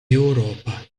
europa